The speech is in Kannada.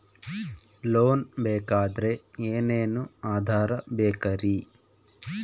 ಲೋನ್ ಬೇಕಾದ್ರೆ ಏನೇನು ಆಧಾರ ಬೇಕರಿ?